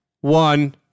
One